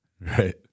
Right